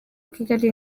kigali